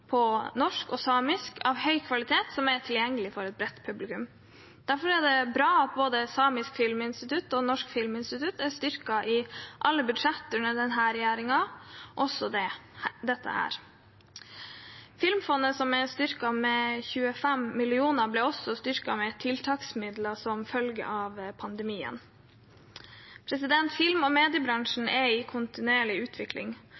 på norsk og samisk av høy kvalitet som er tilgjengelig for et bredt publikum. Derfor er det bra at både Samisk Filminstitutt og Norsk filminstitutt er styrket i alle budsjett under denne regjeringen – også dette. Filmfondet, som er styrket med 25 mill. kr, ble også styrket med tiltaksmidler som følge av pandemien. Film- og mediebransjen er i kontinuerlig utvikling,